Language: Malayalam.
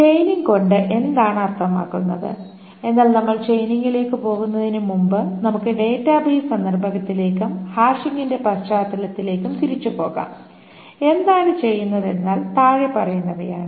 ചെയിനിങ് കൊണ്ട് എന്താണ് അർത്ഥമാക്കുന്നത് എന്നാൽ നമ്മൾ ചെയിനിംഗിലേക്ക് പോകുന്നതിനുമുമ്പ് നമുക്ക് ഡാറ്റാബേസ് സന്ദർഭത്തിലേക്കും ഹാഷിംഗിന്റെ പശ്ചാത്തലത്തിലേക്കും തിരിച്ചുപോകാം എന്താണ് ചെയ്യുന്നത് എന്നാൽ താഴെ പറയുന്നവയാണ്